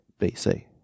BC